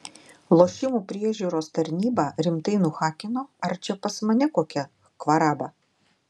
lošimų priežiūros tarnybą rimtai nuhakino ar čia pas mane kokia kvaraba